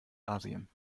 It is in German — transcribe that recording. asien